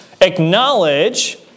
Acknowledge